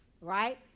right